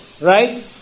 right